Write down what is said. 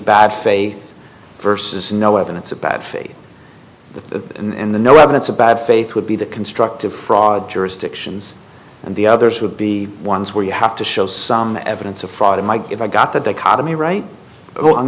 bad faith versus no evidence of bad faith the and the no evidence of bad faith would be the constructive fraud jurisdictions and the others would be ones where you have to show some evidence of fraud and mike if i got that they caught me right